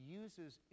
uses